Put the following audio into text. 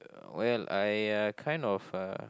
well I uh kind of uh